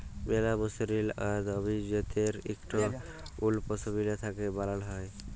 ম্যালা মসরিল আর দামি জ্যাত্যের ইকট উল পশমিলা থ্যাকে বালাল হ্যয়